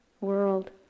world